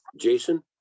Jason